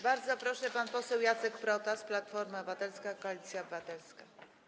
Bardzo proszę, pan poseł Jacek Protas, Platforma Obywatelska - Koalicja Obywatelska.